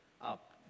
up